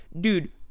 Dude